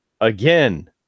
again